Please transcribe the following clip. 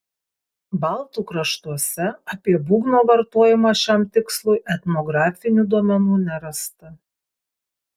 baltų kraštuose apie būgno vartojimą šiam tikslui etnografinių duomenų nerasta